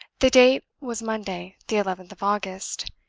the date was monday, the eleventh of august.